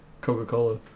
Coca-Cola